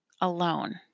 alone